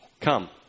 come